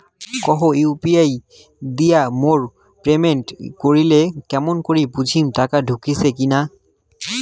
কাহো ইউ.পি.আই দিয়া মোক পেমেন্ট করিলে কেমন করি বুঝিম টাকা ঢুকিসে কি নাই?